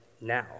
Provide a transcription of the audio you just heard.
now